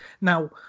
Now